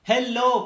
Hello